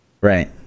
right